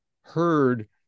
heard